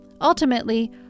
Ultimately